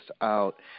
out